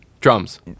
Drums